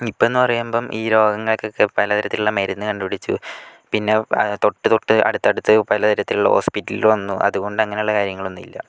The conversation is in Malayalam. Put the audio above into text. ഇപ്പമെന്ന് പറയുമ്പം ഈ രോഗങ്ങൾക്കൊക്കെ പലതരത്തിലുള്ള മരുന്ന് കണ്ട് പിടിച്ചു പിന്നെ തൊട്ട് തൊട്ട് അടുത്തടുത്ത് പലതരത്തിലുള്ള ഹോസ്പിറ്റലു വന്നു അത് കൊണ്ട് അങ്ങനെയുള്ള കാര്യങ്ങളൊന്നും ഇല്ല